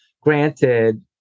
Granted